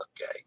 okay